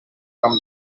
from